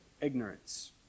ignorance